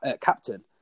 captain